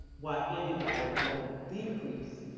why anybody would want to decrease,